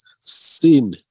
sin